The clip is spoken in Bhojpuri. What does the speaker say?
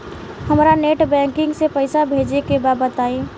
हमरा नेट बैंकिंग से पईसा भेजे के बा बताई?